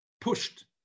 pushed